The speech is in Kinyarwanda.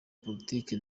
politiki